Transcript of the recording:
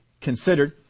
considered